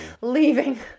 Leaving